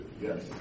Yes